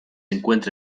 encuentra